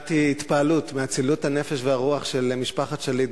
הבעתי התפעלות מאצילות הנפש והרוח של משפחת שליט